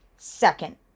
second